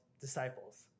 disciples